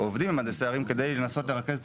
ועובדים עם מהנדסי ערים כדי לנסות לרכז את